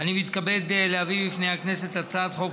אני מתכבד להביא בפני הכנסת הצעת חוק